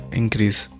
increase